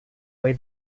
way